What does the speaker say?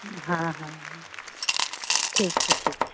हँ हँ ठीक छै ठीक छै